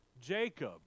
Jacob